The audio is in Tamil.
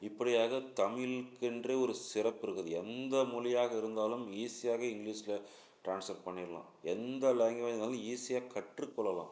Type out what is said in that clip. இப்படியாக தமிழுக்கென்று ஒரு சிறப்பு இருக்குது எந்த மொழியாக இருந்தாலும் ஈஸியாக இங்கிலிஷ்ல ட்ரான்ஸ்ஃபர் பண்ணிடலாம் எந்த லாங்குவேஜாக இருந்தாலும் ஈஸியாக கற்றுக்கொள்ளலாம்